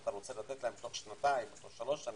אתה רוצה לתת להם תוך שנתיים או שלוש את